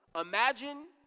Imagine